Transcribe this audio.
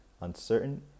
uncertain